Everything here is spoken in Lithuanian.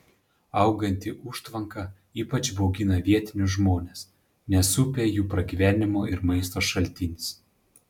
auganti užtvanka ypač baugina vietinius žmones nes upė jų pragyvenimo ir maisto šaltinis